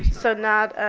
so not